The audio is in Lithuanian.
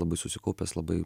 labai susikaupęs labai